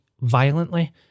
violently